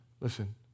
Listen